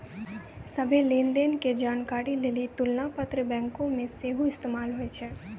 सभ्भे लेन देन के जानकारी लेली तुलना पत्र बैंको मे सेहो इस्तेमाल होय छै